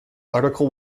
article